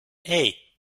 hey